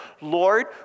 Lord